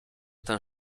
ten